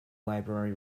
library